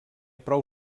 prou